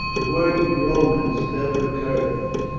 the word romans never occurred in it,